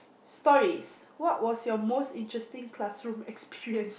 stories what was your most interesting classroom experience